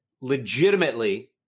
Legitimately